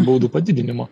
baudų padidinimo